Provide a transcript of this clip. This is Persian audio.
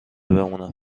بمونم